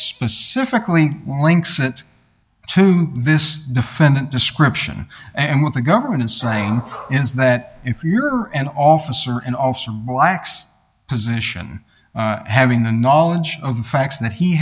specifically links it to this defendant description and what the government is saying is that if you're an officer and also black's position having the knowledge of the facts that he